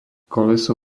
koleso